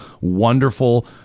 wonderful